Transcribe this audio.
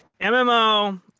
mmo